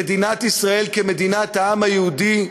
למדינת ישראל כמדינת העם היהודי,